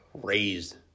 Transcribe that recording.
raised